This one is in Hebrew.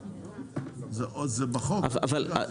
עוד זה בחוק, אל תשכח.